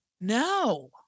no